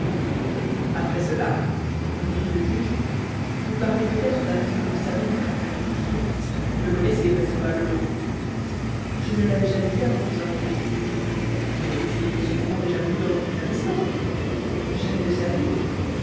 après cela reprit le juge vous parlez peut-être d'après ce que vous savez du caractère du meurtrier vous le connaissez vraisemblablement je ne l'avais jamais vu avant cette soirée là mais il était cependant déjà venu dans votre établissement jamais de sa vie